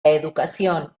educación